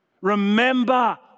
Remember